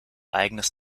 eigenes